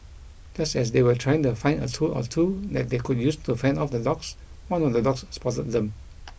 just as they were trying to find a tool or two that they could use to fend off the dogs one of the dogs spotted them